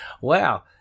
Wow